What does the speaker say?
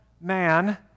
man